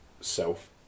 self